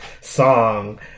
song